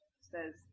says